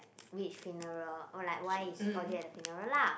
which funeral oh like why is Audrey at the funeral lah